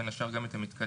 בין השאר גם את המתקנים,